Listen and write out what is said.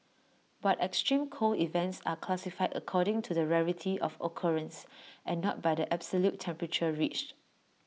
but extreme cold events are classified according to the rarity of occurrence and not by the absolute temperature reached